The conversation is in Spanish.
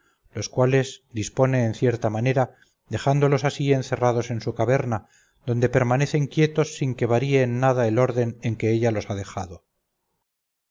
los cuales dispone en cierta manera dejándolos así encerrados en su caverna donde permanecen quietos sin que varíe en nada el orden en que ella los ha dejado